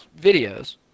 videos